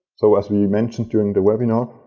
so, as we mentioned during the webinar,